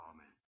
Amen